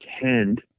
tend